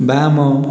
ବାମ